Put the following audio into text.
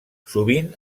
sovint